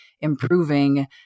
improving